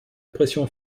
pression